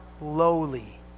lowly